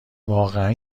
واقعا